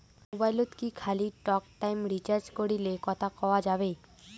মোবাইলত কি খালি টকটাইম রিচার্জ করিলে কথা কয়া যাবে?